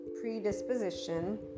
predisposition